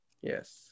yes